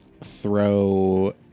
throw